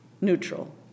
neutral